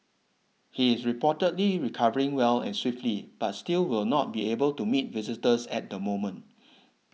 he is reportedly recovering well and swiftly but still will not be able to meet visitors at the moment